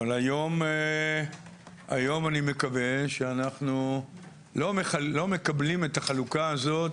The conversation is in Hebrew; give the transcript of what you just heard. אבל היום אני מקווה שאנחנו לא מקבלים את החלוקה הזאת